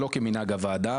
שלא כמנהג הוועדה,